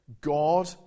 God